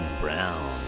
Brown